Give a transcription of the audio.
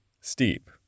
steep